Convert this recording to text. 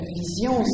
vision